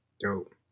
Dope